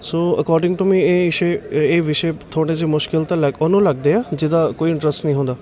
so according to me ਇਹ ਵਿਸ਼ੇ ਇਹ ਵਿਸ਼ੇ ਥੋੜ੍ਹੇ ਜਿਹੇ ਮੁਸ਼ਕਲ ਤਾਂ ਲੱਗ ਉਹਨੂੰ ਲੱਗਦੇ ਆ ਜਿਹਦਾ ਕੋਈ ਇੰਟਰਸਟ ਨਹੀਂ ਹੁੰਦਾ